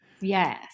Yes